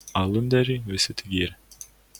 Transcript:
alunderį visi tik gyrė